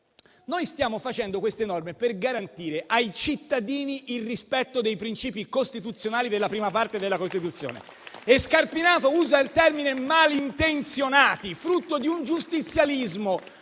Noi stiamo facendo queste norme per garantire ai cittadini il rispetto dei principi costituzionali della Parte I della Costituzione. E Scarpinato usa il termine «malintenzionati», frutto di un giustizialismo